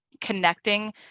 connecting